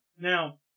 Now